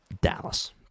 Dallas